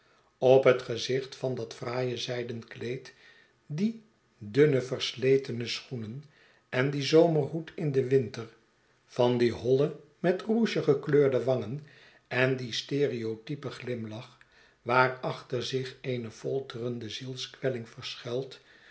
op het gezicht van dat fraaie zijden kleed die dunne versletene schoenen en dien zomerhoed in den winter van die holle met rouge gekleurde wangen en dien stereotypen glimlach waarachter zich eene folterende zielskwelling verschuilt